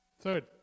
Third